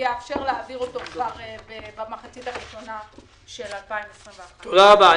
ויאפשר להעביר כבר במחצית הראשונה של 2021. תודה רבה.